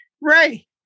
Ray